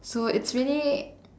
so it's really